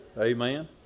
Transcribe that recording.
Amen